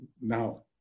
now